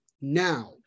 now